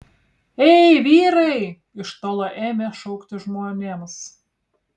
ei vyrai iš tolo ėmė šaukti žmonėms